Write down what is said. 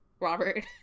robert